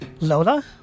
Lola